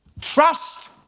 Trust